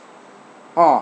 ah